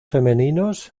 femeninos